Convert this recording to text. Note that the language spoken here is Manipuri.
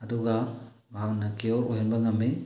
ꯑꯗꯨꯒ ꯃꯍꯥꯛꯅ ꯀꯤꯌꯣꯔ ꯑꯣꯏꯍꯟꯕ ꯉꯝꯃꯤ